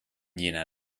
jener